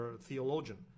theologian